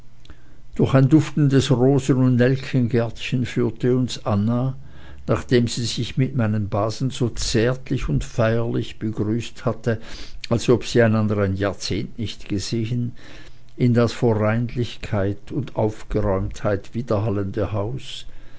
durch ein duftendes rosen und nelkengärtchen führte uns anna nachdem sie sich mit meinen basen so zärtlich und feierlich begrüßt hatte als ob sie einander ein jahrzehnt nicht gesehen in das vor reinlichkeit und aufgeräumtheit widerhallende haus